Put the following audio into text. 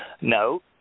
No